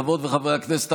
חברות וחברי הכנסת,